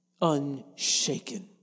Unshaken